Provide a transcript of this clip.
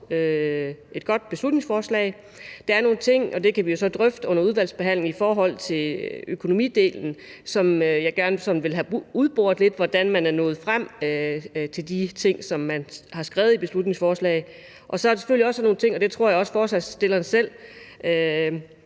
er nogle ting, og det kan vi jo så drøfte under udvalgsbehandlingen, i forhold til økonomidelen, som jeg gerne vil have udboret lidt, altså hvordan man er nået frem til de ting, som man har skrevet i beslutningsforslaget. Og så er der selvfølgelig også nogle andre ting, vi vil kigge på, og det tror jeg også at forslagsstillerne selv